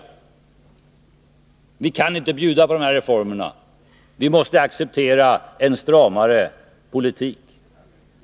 Vi kan inte bjuda på de här reformerna. Vi måste acceptera en stramare politik.